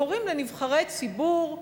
קוראים לנבחרי ציבור,